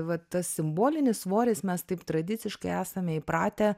va tas simbolinis svoris mes taip tradiciškai esame įpratę